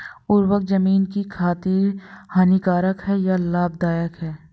उर्वरक ज़मीन की खातिर हानिकारक है या लाभदायक है?